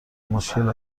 مشکل